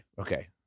okay